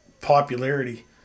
popularity